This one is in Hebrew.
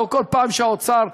ולא כל פעם שהאוצר,